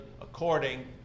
according